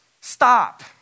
Stop